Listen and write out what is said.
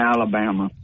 Alabama